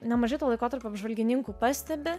nemažai to laikotarpio apžvalgininkų pastebi